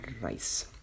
Rice